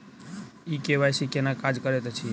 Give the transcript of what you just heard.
ई KYC केना काज करैत अछि?